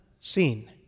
seen